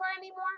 anymore